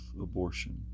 abortion